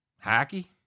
Hockey